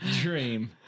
dream